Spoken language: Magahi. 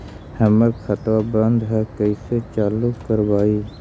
हमर खतवा बंद है कैसे चालु करवाई?